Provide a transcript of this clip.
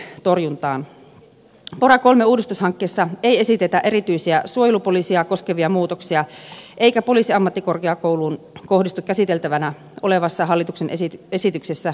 pora iii uudistushankkeessa ei esitetä erityisiä suojelupoliisia koskevia muutoksia eikä poliisiammattikorkeakou luun kohdistu käsiteltävänä olevassa hallituksen esityksessä ehdotuksia